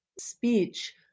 speech